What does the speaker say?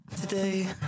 today